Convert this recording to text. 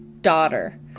daughter